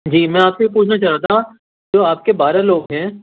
جی میں آپ سے یہ پوچھنا چاہ رہا تھا جو آپ کے بارہ لوگ ہیں